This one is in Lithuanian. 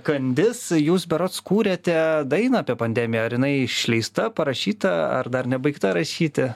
kandis jūs berods kūrėte dainą apie pandemiją ar jinai išleista parašyta ar dar nebaigta rašyti